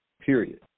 period